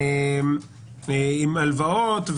עם הלוואות,